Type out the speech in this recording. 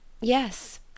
Yes